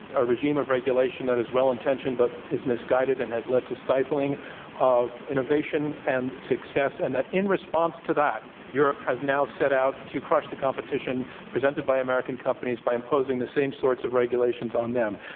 a regime of regulation that is well-intentioned but is misguided and has led to stifling of innovation, and basically success and that, in response to that, europe has now set out to crush the competition presented by american companies by imposing the same sorts of regulations on them.